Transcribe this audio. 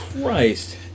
Christ